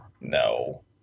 no